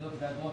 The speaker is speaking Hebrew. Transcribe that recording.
תעודות ואגרות),